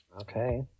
Okay